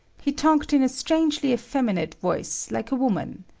he talked in a strangely effeminate voice like a woman.